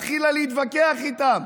התחילה להתווכח איתם,